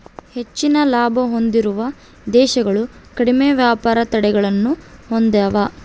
ಹೆಚ್ಚಿನ ಲಾಭ ಹೊಂದಿರುವ ದೇಶಗಳು ಕಡಿಮೆ ವ್ಯಾಪಾರ ತಡೆಗಳನ್ನ ಹೊಂದೆವ